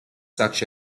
such